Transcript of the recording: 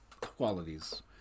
qualities